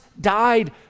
died